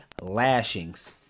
lashings